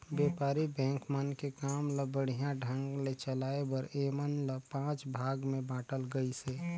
बेपारी बेंक मन के काम ल बड़िहा ढंग ले चलाये बर ऐमन ल पांच भाग मे बांटल गइसे